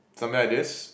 something like this